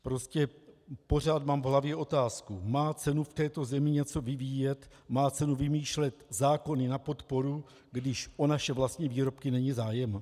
Prostě pořád mám v hlavě otázku: Má cenu v této zemi něco vyvíjet, má cenu vymýšlet zákony na podporu, když o naše vlastní výrobky není zájem?